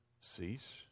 cease